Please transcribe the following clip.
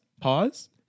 Pause